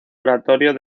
oratorio